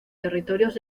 territorios